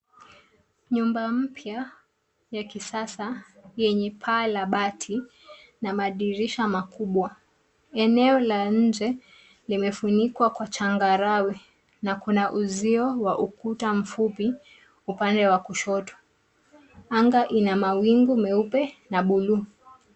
Nyumba mpya ya kisasa yenye paa la bati na madirisha makubwa, eneo la nje limefunikwa kwa changarawe na kuna uzio wa ukuta mfupi upande wa kushoto. Anga ina mawingu meupe na bluu.